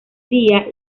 día